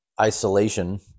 isolation